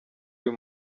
uyu